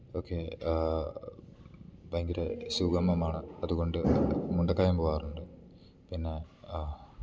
ഒക്കെ ഭയങ്കര സുഗമമാണ് അതുകൊണ്ട് മുണ്ടക്കയം പോകാറുണ്ട് പിന്നെ